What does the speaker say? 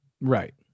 Right